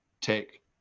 take